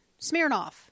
Smirnoff